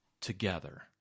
together